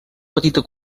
petita